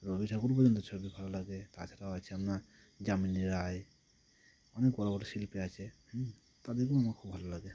রবি ঠাকুরের পর্যন্ত ছবি ভালো লাগে তাছাড়াও আছে আপনার যামিনী রায় অনেক বড় বড় শিল্পী আছে হুম তাদেরকেও আমার খুব ভালো লাগে